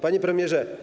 Panie Premierze!